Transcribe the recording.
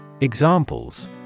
Examples